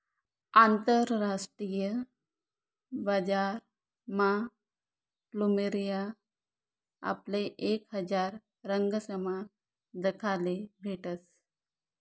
आंतरराष्ट्रीय बजारमा फ्लुमेरिया आपले एक हजार रंगसमा दखाले भेटस